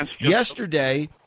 Yesterday